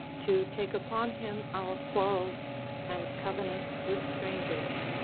to take upon him our quarrels and covenants with strangers.